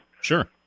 Sure